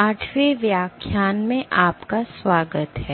8 वें व्याख्यान में आपका स्वागत है